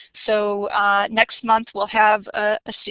so next month we'll have a